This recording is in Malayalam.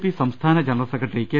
പി സംസ്ഥാന ജനറൽ സെക്രട്ടറി കെ